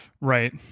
Right